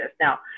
Now